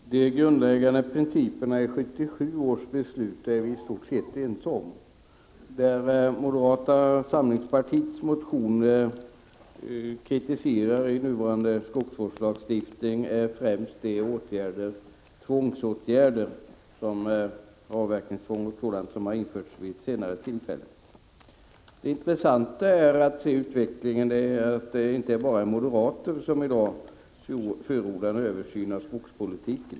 Herr talman! De grundläggande principerna i 1977 års beslut är vi i stort sett ense om. Det i nuvarande skogsvårdslagstifning som kritiseras i moderata samlingspartiets motion är främst de tvångsåtgärder — avverkningstvång och liknande — som har införts vid senare tillfällen. Det intressanta är att se att det inte bara är moderater som i dag förordar en översyn av skogspolitiken.